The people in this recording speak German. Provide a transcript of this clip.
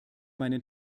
meinen